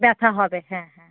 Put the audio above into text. ব্যথা হবে হ্যাঁ হ্যাঁ